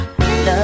Love